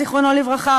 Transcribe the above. זיכרונו לברכה,